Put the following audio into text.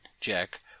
jack